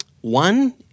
One